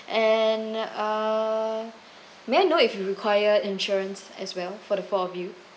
and uh may I know if you require insurance as well for the four of you